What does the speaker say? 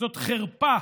זאת חרפה.